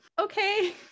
okay